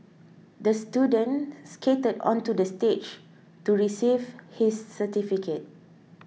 the student skated onto the stage to receive his certificate